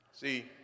See